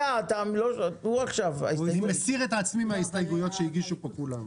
אני מסיר את עצמי מההסתייגויות שהגישו כאן כולם.